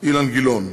אילן גילאון,